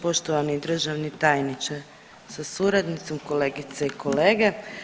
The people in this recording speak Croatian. Poštovani državni tajniče sa suradnicom, kolegice i kolege.